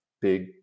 big